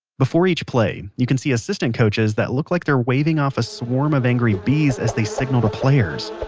before each play, you can see assistant coaches that look like they're waving off a swarm of angry bees as they signal to players.